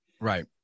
Right